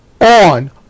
on